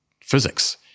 physics